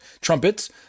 trumpets